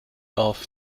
auf